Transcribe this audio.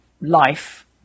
life